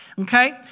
Okay